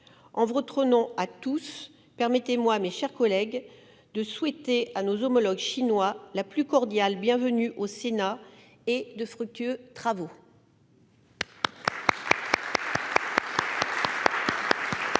en votre nom à tous, permettez-moi, mes chers collègues de souhaiter à nos homologues chinois la plus cordiale bienvenue au Sénat et de fructueux travaux.